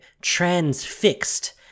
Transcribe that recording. transfixed